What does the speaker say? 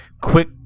quick